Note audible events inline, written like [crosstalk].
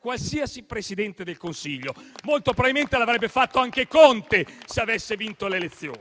qualsiasi Presidente del Consiglio. [applause] Molto probabilmente l'avrebbe fatta anche il presidente Conte, se avesse vinto le elezioni.